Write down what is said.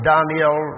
Daniel